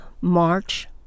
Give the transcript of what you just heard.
March